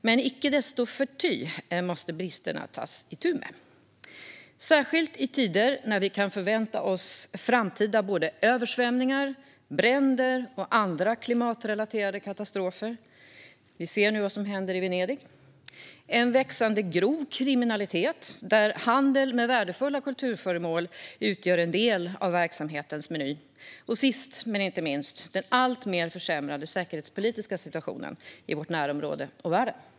Men icke desto mindre måste man ta itu med bristerna, särskilt i tider när vi kan förvänta oss framtida översvämningar, bränder och andra klimatrelaterade katastrofer - vi ser vad som nu händer i Venedig - en växande grov kriminalitet där handel med värdefulla kulturföremål utgör en del och, sist men inte minst, den alltmer försämrade säkerhetspolitiska situationen i vårt närområde och i världen.